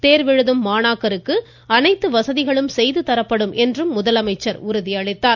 தேர்வு எழுதும் மாணாக்கருக்கு அனைத்து வசதிகளும் செய்து தரப்படும் என்றும் அவர் உறுதியளித்தார்